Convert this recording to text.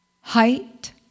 height